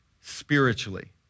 spiritually